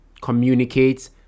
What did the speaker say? communicate